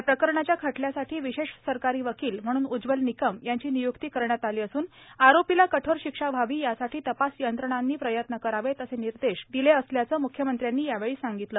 या प्रकरणाच्या खटल्यासाठी विशेष सरकारी वकील म्हणून उज्ज्वल निकम यांची वियुक्ती करण्यात आली असून आरोपीला कठोऱ शिक्षा व्हावी यासाठी तपास यंत्रणांना प्रयत्न करावेत असे निर्देश दिले असल्याचं म्ख्यमंत्र्यांनी यावेळी सांगितलं